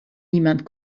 niemand